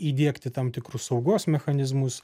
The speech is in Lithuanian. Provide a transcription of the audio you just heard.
įdiegti tam tikrus saugos mechanizmus